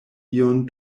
ion